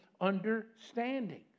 understanding